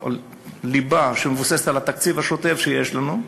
הליבה מבוססת על התקציב השוטף שיש לנו,